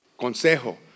Consejo